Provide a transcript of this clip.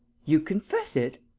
you confess it?